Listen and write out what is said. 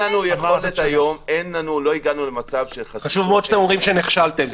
לא הגענו למצב --- חשוב מאוד שאתם אומרים שנכשלתם,